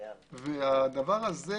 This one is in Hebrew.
זה,